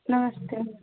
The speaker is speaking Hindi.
नमस्ते